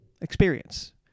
Experience